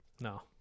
No